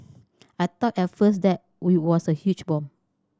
I thought at first that was a huge bomb